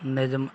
ਨਿਯਮ